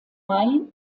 mai